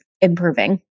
improving